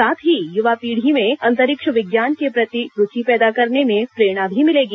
साथ ही युवा पीढ़ी में अंतरिक्ष विज्ञान के प्रति रूचि पैदा करने में प्रेरणा भी मिलेगी